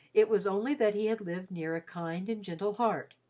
it was only that he had lived near a kind and gentle heart,